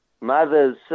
mothers